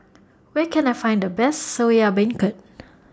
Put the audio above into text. Where Can I Find The Best Soya Beancurd